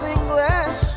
English